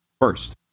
first